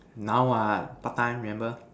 now what part time remember